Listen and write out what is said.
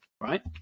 right